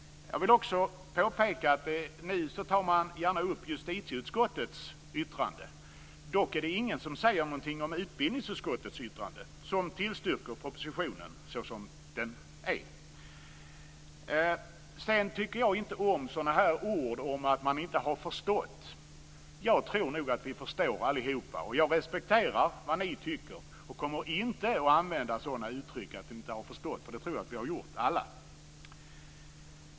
Jag vill också påpeka att man nu gärna tar upp justitieutskottets yttrande. Det är dock ingen som säger något om utbildningsutskottets yttrande, som tillstyrker propositionen som den är. Sedan tycker jag inte om ord om att man inte har förstått. Jag tror nog att vi förstår allihop. Jag respekterar vad ni tycker och kommer inte att använda sådana uttryck om att inte ha förstått. Det tror jag att vi alla har gjort.